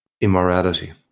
immorality